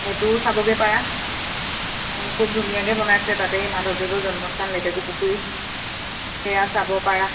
সেইটোও চাবগৈ পাৰা খুব ধুনীয়াকৈ বনাইছে তাতে এই মাধৱদেৱৰ জন্মস্থান লেটেকু পুখুৰী সেয়া চাব পাৰা